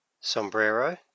Sombrero